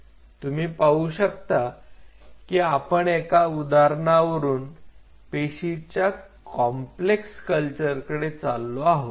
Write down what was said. तुम्ही पाहू शकता की आपण एका उदाहरणावरून पेशींच्या कॉम्प्लेक्स कल्चरकडे चाललो आहोत